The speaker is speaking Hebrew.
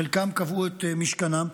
חלקם קבעו את משכנם.